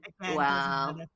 Wow